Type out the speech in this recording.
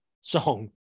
song